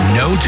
no